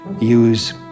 use